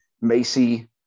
macy